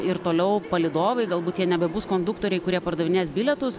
ir toliau palydovai galbūt jie nebebus konduktoriai kurie pardavinės bilietus